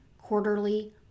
quarterly